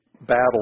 battle